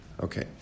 Okay